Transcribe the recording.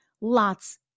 Lots